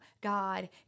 God